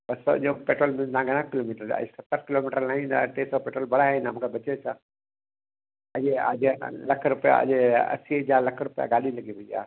ॿ सौ जो बि पेट्रोल तव्हां घणा किलोमीटर सतरि किलोमीटर हलाईंदा टे सौ यो पेट्रोल भराए ईंदा मूंखे बचियो छा अॼु आजिए या लखु रुपिया अॼु असी हज़ार लखु रुपिया गाॾी लॻी पई आहे